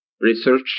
research